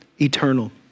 eternal